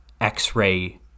x-ray